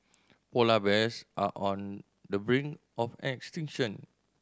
polar bears are on the brink of extinction